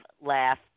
laugh